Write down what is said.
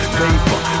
paper